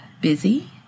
busy